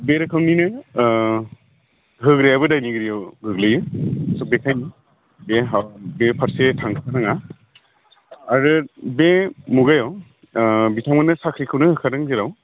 बे रोखोमनिनो होग्रायाबो दायनिगिरियाव गोग्लैयो स' बेखायनो बे फारसे थांनोबो नाङा आरो बे मुगायाव बिथांमोननो साख्रिखौनो होखादों जेराव